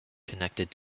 connected